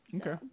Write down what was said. Okay